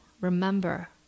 remember